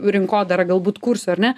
rinkodarą galbūt kursiu ar ne